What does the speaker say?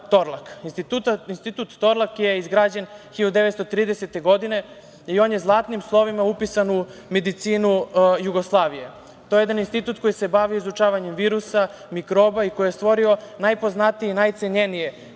Institut Torlak je izgrađen 1930. godine, i on je zlatnim slovima upisan u medicinu Jugoslavije. To je jedan institut koji se bavi izučavanjem virusa, mikroba i koji je stvorio najpoznatije i najcenjenije, jednu